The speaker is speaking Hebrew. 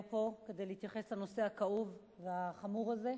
פה כדי להתייחס לנושא הכאוב והחמור הזה.